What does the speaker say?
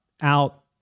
out